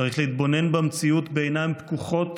צריך להתבונן במציאות בעיניים פקוחות